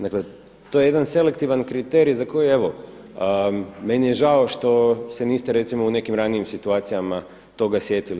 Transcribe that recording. Dakle, to je jedan selektivan kriteriji za koji evo meni je žao što se niste recimo u nekim ranijim situacijama toga sjetili.